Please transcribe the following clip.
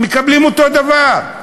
ומקבלים אותו דבר.